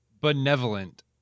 Benevolent